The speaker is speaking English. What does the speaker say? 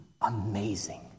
amazing